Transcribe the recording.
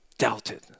doubted